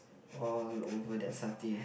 all over that satay